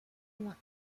loin